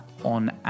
On